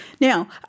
Now